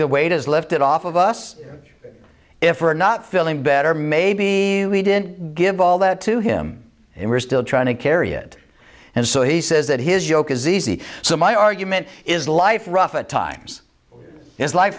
the weight is lifted off of us if we're not feeling better maybe we didn't give all that to him and we're still trying to carry it and so he says that his yoke is easy so my argument is life rough at times is life